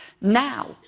Now